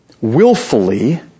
willfully